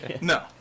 No